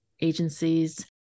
agencies